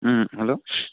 hello